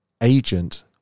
agent